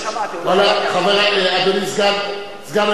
אדוני סגן היושב-ראש,